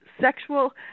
sexual